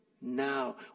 now